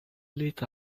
lit